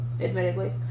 Admittedly